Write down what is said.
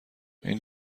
این